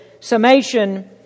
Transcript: Summation